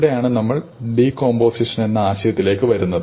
ഇവിടെയാണ് നമ്മൾ ഡീകോമ്പോസിഷൻ എന്ന ആശയത്തിലേക്ക് വരുന്നത്